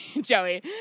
Joey